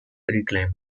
reclaimed